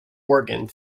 oregon